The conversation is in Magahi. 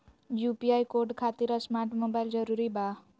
यू.पी.आई कोड खातिर स्मार्ट मोबाइल जरूरी बा?